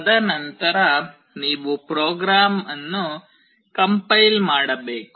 ತದನಂತರ ನೀವು ಪ್ರೋಗ್ರಾಂ ಅನ್ನು ಕಂಪೈಲ್ ಮಾಡಬೇಕು